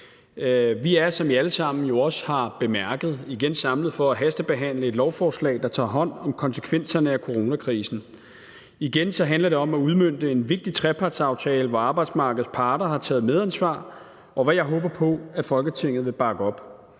Vi er, som I jo alle sammen også har bemærket, igen samlet for at hastebehandle lovforslag, der tager hånd om konsekvenserne af coronakrisen. Igen handler det om at udmønte en vigtig trepartsaftale, hvor arbejdsmarkedets parter har taget medansvar, og det håber jeg at Folketinget vil bakke op.